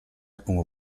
como